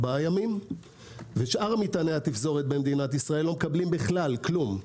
ימים ושאר מטעני התפזורת במדינת ישראל לא מקבלים כלל כלום.